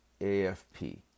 AFP